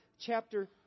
chapter